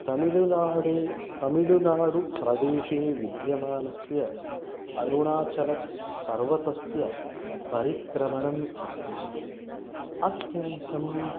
तमिल्नाडु तमिळुनाडुप्रदेशे विद्यमानस्य अरुणाचलपर्वतस्य परिक्रमणम् आसीत् अत्यन्तम्